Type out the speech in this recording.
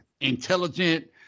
intelligent